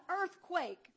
earthquake